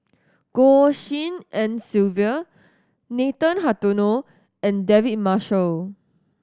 Goh Tshin En Sylvia Nathan Hartono and David Marshall